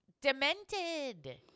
demented